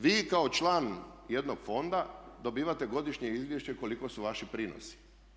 Vi kao član jednog fonda dobivate godišnje izvješće koliko su vaši prinosi.